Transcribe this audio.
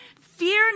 fear